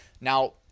Now